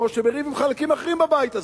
כמו שבריב עם חלקים אחרים בבית הזה.